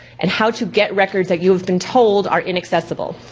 and how to get records that you've been told are inaccessible.